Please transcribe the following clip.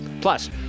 Plus